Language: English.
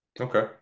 okay